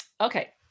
Okay